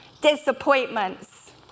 disappointments